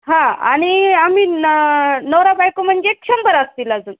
हां आणि आम्ही न नवरा बायको म्हणजे एक शंभर असतील अजून